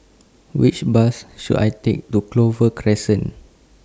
Which Bus should I Take to Clover Crescent